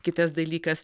kitas dalykas